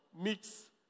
mix